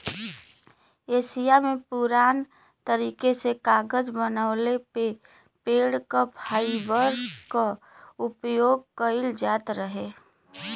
Asia में पुरान तरीका से कागज बनवले में पेड़ क फाइबर क उपयोग कइल जात रहे